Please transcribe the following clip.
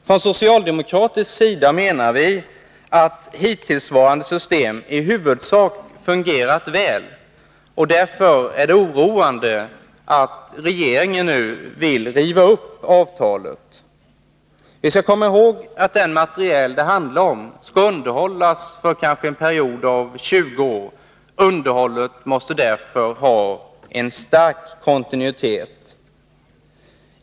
Från socialdemokratisk sida menar vi att hittillsvarande system i huvudsak fungerat väl. Därför är det oroande att regeringen nu vill riva upp avtalet. Vi skall komma ihåg att den materiel det handlar om skall underhållas för en period av kanske 20 år. Underhållet måste därför ha en stark kontinuitet.